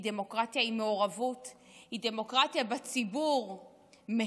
היא דמוקרטיה עם מעורבות,